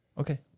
Okay